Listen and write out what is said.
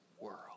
world